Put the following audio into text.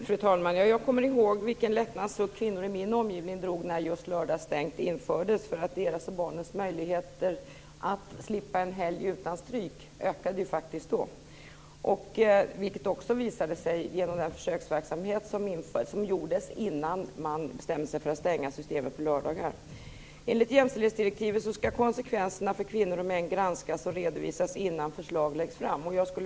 Fru talman! Jag kommer ihåg vilken lättnadens suck kvinnor i min omgivning drog när just lördagsstängt infördes. De här kvinnornas och barnens möjligheter att slippa en helg med stryk ökade faktiskt då, vilket också visade sig i och med den försöksverksamhet som skedde innan man bestämde sig för att stänga Systemet på lördagar. Enligt jämställdhetsdirektivet skall konsekvenserna för kvinnor och män granskas och redovisas innan förslag läggs fram.